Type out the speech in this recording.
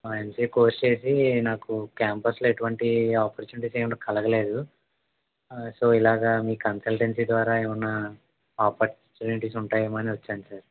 ఆ MCA course చేసి నాకు క్యాంపస్లో ఎటువంటి ఆపర్చునిటి ఏమి కలగలేదు సో ఇలాగ మీ కన్సల్టెన్సీ ద్వారా ఏమైన ఆపర్చునిటీస్ ఉంటాయేమో అని వచ్చాను సార్